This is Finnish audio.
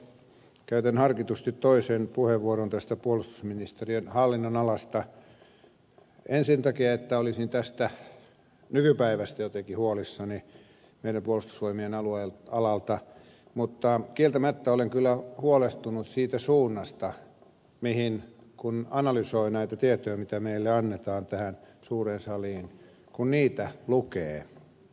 käytän harkitusti toisen puheenvuoron tästä puolustusministeriön hallinnonalasta en sen takia että olisin tästä nykypäivästä jotenkin huolissani meidän puolustusvoimiemme alalta mutta kieltämättä olen kyllä huolestunut siitä suunnasta kun analysoi näitä tietoja mitä meille annetaan tähän suureen saliin kun niitä lukee